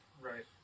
Right